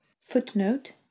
Footnote